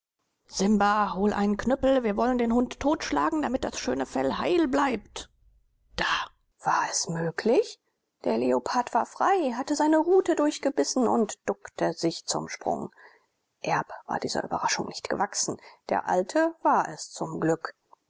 simba hol einen knüppel wir wollen den hund totschlagen damit das schöne fell heil bleibt da war es möglich der leopard war frei hatte seine rute durchgebissen und duckte sich zum sprunge erb war dieser überraschung nicht gewachsen der alte war es zum glück